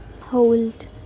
Hold